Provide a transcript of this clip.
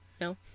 No